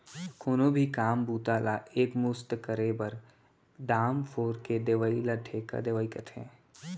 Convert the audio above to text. कोनो भी काम बूता ला एक मुस्त करे बर, दाम फोर के देवइ ल ठेका देवई कथें